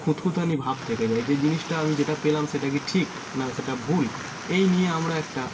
খুঁতখুঁতানি ভাব থেকে যায় যে জিনিসটা আমি যেটা পেলাম সেটা কি ঠিক না সেটা ভুল এই নিয়ে আমরা একটা